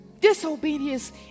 disobedience